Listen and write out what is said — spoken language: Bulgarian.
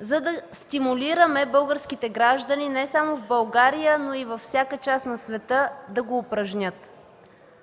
за да стимулираме българските граждани не само в България, но и във всяка част на света да го упражнят.